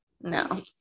No